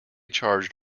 charged